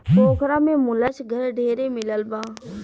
पोखरा में मुलच घर ढेरे मिलल बा